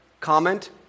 comment